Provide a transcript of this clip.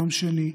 יום שני,